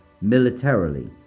militarily